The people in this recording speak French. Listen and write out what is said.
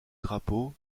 drapeau